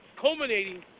culminating